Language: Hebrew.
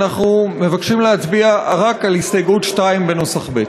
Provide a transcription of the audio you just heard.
אנחנו מבקשים להצביע רק על הסתייגות 2 בנוסח ב'.